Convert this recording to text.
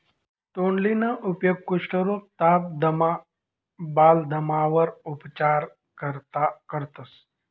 तोंडलीना उपेग कुष्ठरोग, ताप, दमा, बालदमावर उपचार करता करतंस